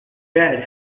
bed